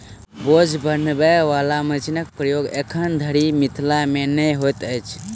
बोझ बनबय बला मशीनक प्रयोग एखन धरि मिथिला मे नै होइत अछि